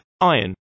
iron